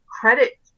credit